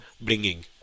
bringing